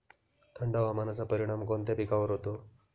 थंड हवामानाचा परिणाम कोणत्या पिकावर होतो?